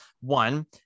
One